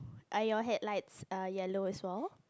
are your headlights err yellow as well